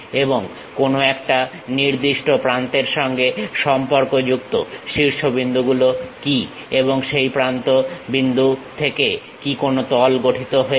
এবং কোন একটা নির্দিষ্ট প্রান্তের সঙ্গে সম্পর্কযুক্ত শীর্ষবিন্দুগুলো কি এবং সেই প্রান্ত বিন্দু থেকে কি কোনো তল গঠিত হয়েছে